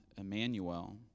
Emmanuel